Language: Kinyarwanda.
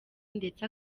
ndetse